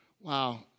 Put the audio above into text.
Wow